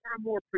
more